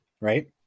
right